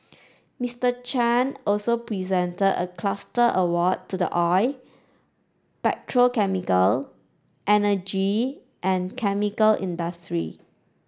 Mister Chan also presented a cluster award to the oil petrochemical energy and chemical industry